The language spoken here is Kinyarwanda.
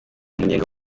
umunyenga